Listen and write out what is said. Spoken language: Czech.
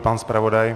Pan zpravodaj.